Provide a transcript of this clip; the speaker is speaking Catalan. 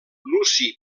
luci